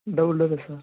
double డోరే sir